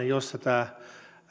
jossa tämä